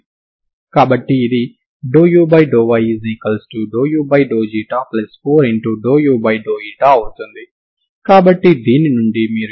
కాబట్టి ఈ విధంగా మీరు x 0 వద్ద దీనిని కంటిన్యూస్ అయ్యే సరి ఫంక్షన్ గా విస్తరించినట్లయితే సరిహద్దు షరతు దానంతట అదే సంతృప్తి చెందుతుందని మీరు చూడవచ్చు సరేనా